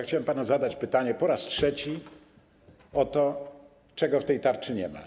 Chciałem panu zadać pytanie po raz trzeci o to, czego w tej tarczy nie ma.